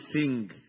sing